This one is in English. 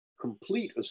complete